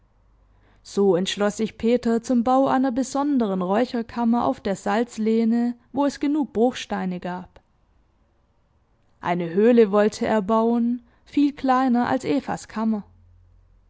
so entschloß sich peter zum bau einer besonderen räucherkammer auf der salzlehne wo es genug bruchsteine gab eine höhle wollte er bauen viel kleiner als evas